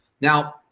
Now